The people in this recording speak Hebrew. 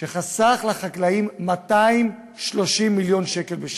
שחסך לחקלאים 230 מיליון שקל בשנה.